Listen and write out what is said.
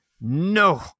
no